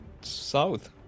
south